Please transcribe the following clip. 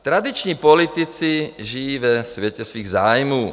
Tradiční politici žijí ve světě svých zájmů.